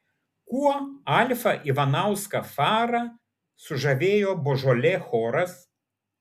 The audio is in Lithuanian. kuo alfą ivanauską farą sužavėjo božolė choras